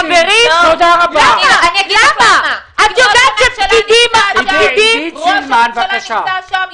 את יודעת שהפקידים --- ראש הממשלה נמצא שם,